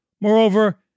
Moreover